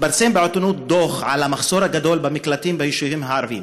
התפרסם בעיתונות דוח על המחסור הגדול במקלטים ביישובים הערביים,